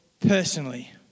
personally